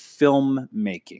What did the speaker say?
filmmaking